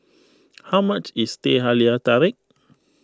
how much is Teh Halia Tarik